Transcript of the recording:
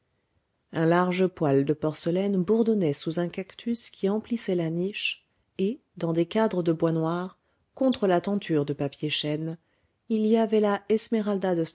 un large poêle de porcelaine bourdonnait sous un cactus qui emplissait la niche et dans des cadres de bois noir contre la tenture de papier chêne il y avait la